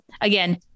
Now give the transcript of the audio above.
again